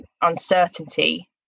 uncertainty